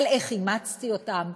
על איך אימצתי אותם,